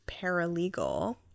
paralegal